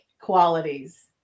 qualities